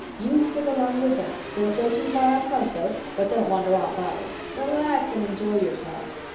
you stick along with them. don't go too far up front, though, but don't wander off either. relax and enjoy yourself.